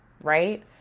right